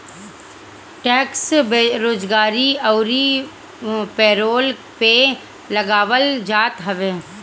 tax बेरोजगारी अउरी payroll पे लगावल जात हवे